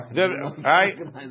Right